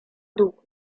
duchu